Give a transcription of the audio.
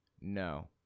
no